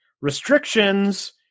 restrictions